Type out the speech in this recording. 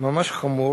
כמעשה ממש חמור,